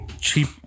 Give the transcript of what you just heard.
cheap